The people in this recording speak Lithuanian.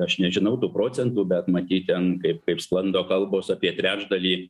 aš nežinau tų procentų bet matyt ten kaip kaip sklando kalbos apie trečdalį